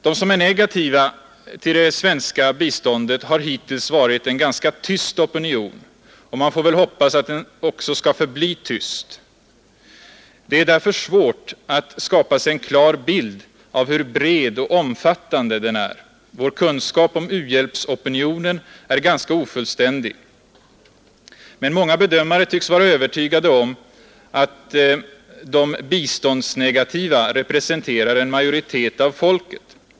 De som är negativa till det svenska biståndet har hittills varit en ganska tyst opinion och man får väl hoppas att den också skall förbli tyst. Det är därför svårt att skapa sig en klar bild av hur bred och omfattande den är. Vår kunskap om u-hjälpsopinionen är ganska ofullständig. Men många bedömare tycks vara övertygade om att de biståndsnegativa representerar en majoritet av folket.